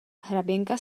hraběnka